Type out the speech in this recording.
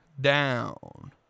down